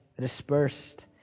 dispersed